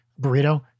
burrito